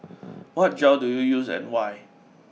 what gel do you use and why